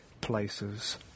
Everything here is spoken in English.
places